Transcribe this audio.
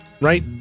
Right